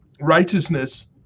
righteousness